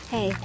Hey